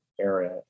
area